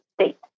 state